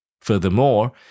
Furthermore